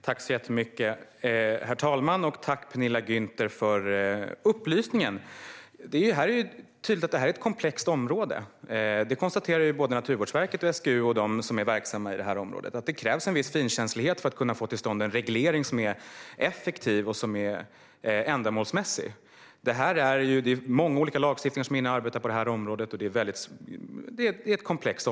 Herr talman! Tack, Penilla Gunther, för upplysningen! Det är tydligt att detta är ett komplext område. Det konstaterar såväl Naturvårdsverket som SGU och de som är verksamma inom detta område. Det krävs en viss finkänslighet för att kunna få till stånd en reglering som är effektiv och ändamålsmässig. Många olika lagar berörs på området. Det här är komplext helt enkelt.